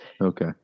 okay